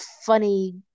funny